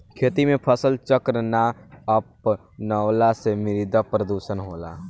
खेती में फसल चक्र ना अपनवला से मृदा प्रदुषण होला